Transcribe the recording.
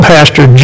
Pastor